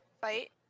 fight